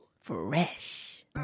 Fresh